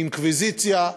אינקוויזיציה,